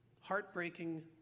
heartbreaking